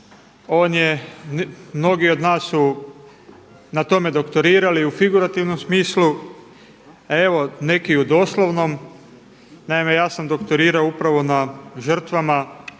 on je, mnogi od nas su na tome doktorirali u figurativnom smislu, a evo neki u doslovnom. Naime, ja sam doktorirao upravo na žrtvama